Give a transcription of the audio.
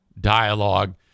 dialogue